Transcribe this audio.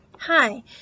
Hi